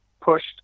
pushed